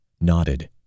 nodded